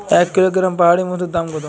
এক কিলোগ্রাম পাহাড়ী মধুর দাম কত?